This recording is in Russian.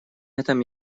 этом